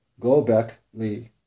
Gobekli